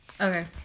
Okay